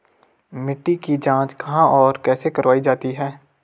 मिट्टी की जाँच कहाँ और कैसे करवायी जाती है?